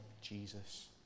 Jesus